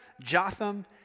Jotham